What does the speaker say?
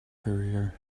career